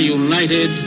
united